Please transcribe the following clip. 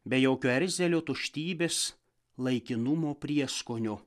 be jokio erzelio tuštybės laikinumo prieskonio